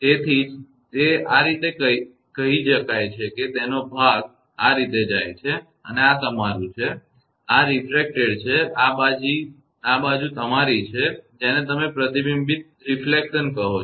તેથી જ તે આ રીતે જાય છે તેનો ભાગ આ રીતે જાય છે અને આ તમારું છે આ બાજુ રિફ્રેક્ટેડ છે અને આ બાજુ તમારી છે જેને તમે પ્રતિબિંબરિફલેકશન કહો છો